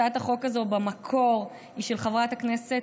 הצעת החוק הזאת במקור היא של חברת הכנסת,